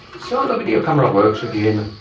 so the video camera works again.